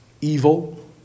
evil